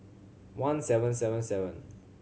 one seven seven seven